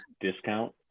discount